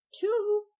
two